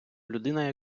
людина